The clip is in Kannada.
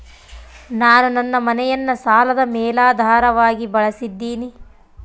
ನಾನು ನನ್ನ ಮನೆಯನ್ನ ಸಾಲದ ಮೇಲಾಧಾರವಾಗಿ ಬಳಸಿದ್ದಿನಿ